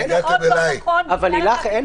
--- אבל לילך,